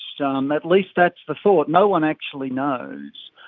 so um at least that's the thought, no one actually knows,